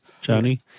Johnny